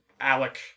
Alec